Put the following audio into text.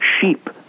sheep